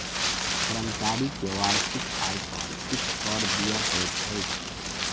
कर्मचारी के वार्षिक आय पर किछ कर दिअ पड़ैत अछि